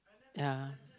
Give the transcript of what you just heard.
ya